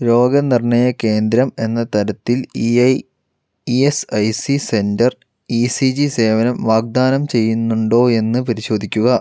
രോഗനിർണയകേന്ദ്രം എന്ന തരത്തിൽ ESIC centre ECG സേവനം വാഗ്ദാനം ചെയ്യുന്നുണ്ടോയെന്ന് പരിശോധിക്കുക